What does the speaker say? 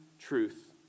truth